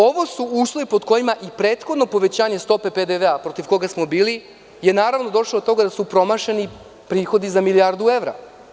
Ovo su uslovi pod kojima i prethodno povećanje stope PDV-a, protiv koga smo bili, je dovelo do toga da su premašeni prihodi za milijardu evra.